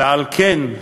ועל כן,